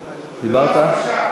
אדוני.